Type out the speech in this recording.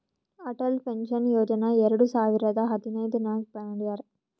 Atal Pension Yojana ಎರಡು ಸಾವಿರದ ಹದಿನೈದ್ ನಾಗ್ ಮಾಡ್ಯಾರ್